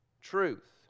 truth